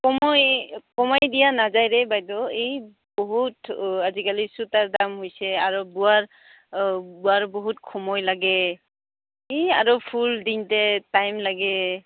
কময় কমাই দিয়া নাযায় দেই বাইদেউ এই বহুত আজিকালি সূতাৰ দাম হৈছে আৰু বোৱাৰ বোৱাৰ বহুত কময় লাগে এই আৰু ফুল দিওঁতে টাইম লাগে